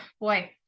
boy